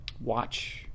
watch